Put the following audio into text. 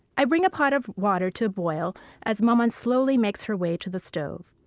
i bring a pot of water to a boil as maman slowly makes her way to the stove.